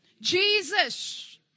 Jesus